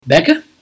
Becca